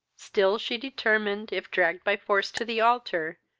still she determined, if dragged by force to the altar,